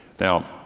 now,